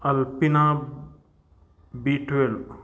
Alpina B twelve